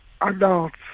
adults